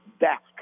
back